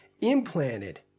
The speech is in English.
implanted